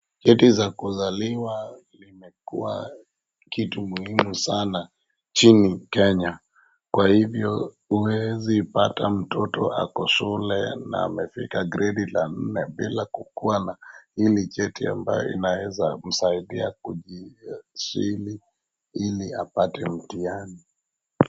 Cheti za kuzaliwa limekuwa kitu muhimu sana nchini kenya, kwa hivyo huwezi pata mtoto ako shule na amefika gredi la nne bila kukuwa na hili cheti ambayo inaweza kumsaidia kujisajili ili apate mtihani.